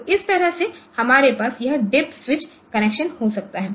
तो इस तरह से हमारे पास यह डीआईपी स्विच कनेक्शन हो सकता है